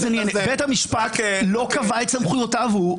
בית המשפט לא קבע את סמכויותיו-הוא.